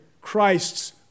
Christ's